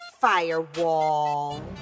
Firewall